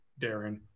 Darren